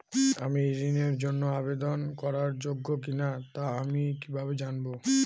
আমি ঋণের জন্য আবেদন করার যোগ্য কিনা তা আমি কীভাবে জানব?